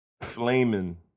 flaming